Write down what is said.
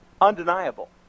undeniable